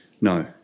No